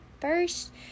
first